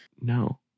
No